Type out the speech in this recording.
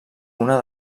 una